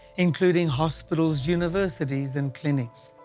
including hospitals, universities and clinics.